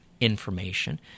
information